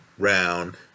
round